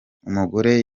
umugore